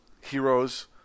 Heroes